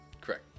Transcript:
Correct